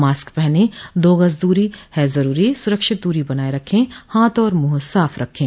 mask पहनें दो गज दूरी है जरूरी सुरक्षित दूरी बनाए रखें हाथ और मुंह साफ रखें